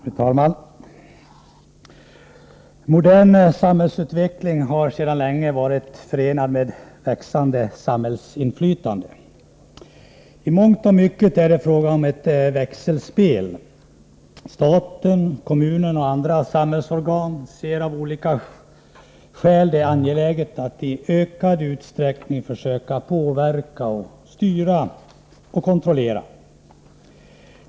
Fru talman! Modern samhällsutveckling har sedan länge varit förenad med växande samhällsinflytande. I mångt och mycket är det fråga om ett växelspel. Staten, kommunerna och andra samhällsorgan ser det av olika skäl som angeläget att i ökad utsträckning försöka påverka, styra och kontrollera.